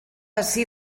ací